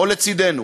או לצדנו?